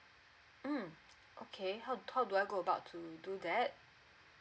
mm okay how how do I go about to do that